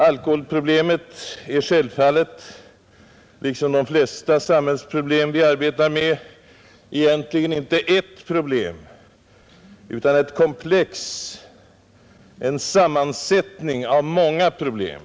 Alkoholproblemet är självfallet liksom de flesta samhällsproblem som vi arbetar med egentligen inte ett problem utan ett komplex, sammansatt av många problem.